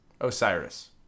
Osiris